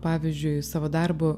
pavyzdžiui savo darbu